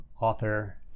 author